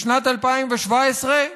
בשנת 2017,